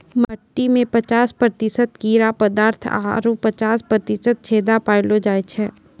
मट्टी में पचास प्रतिशत कड़ा पदार्थ आरु पचास प्रतिशत छेदा पायलो जाय छै